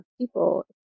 people